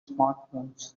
smartphones